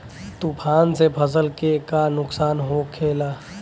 तूफान से फसल के का नुकसान हो खेला?